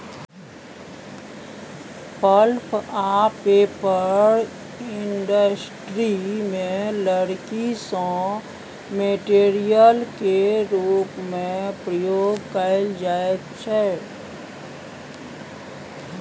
pulp आ paper industry मे लकड़ी राँ मेटेरियल केर रुप मे प्रयोग कएल जाइत छै